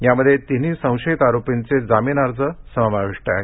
यामध्ये तिन्ही संशयित आरोपींचे जामीन अर्ज समाविष्ट आहेत